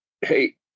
hey